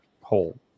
hole